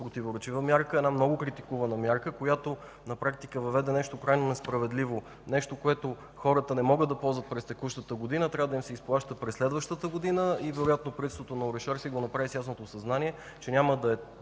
противоречива, много критикувана мярка, която на практика въведе нещо крайно несправедливо, нещо, което хората не могат да ползват през текущата година, а трябва да им се изплаща през следващата година. Вероятно правителството на Орешарски го направи с ясното съзнание, че няма да е